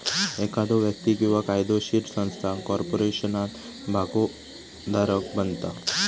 एखादो व्यक्ती किंवा कायदोशीर संस्था कॉर्पोरेशनात भागोधारक बनता